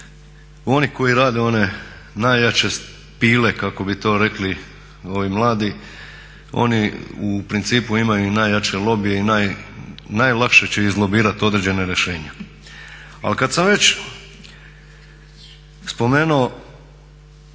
oni koji rade one najjače pile kako bi to rekli ovi mladi, oni u principu imaju i najjače lobije i najlakše će izlobirat određena rješenja. Ali kad sam već spomenuo